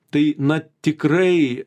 tai na tikrai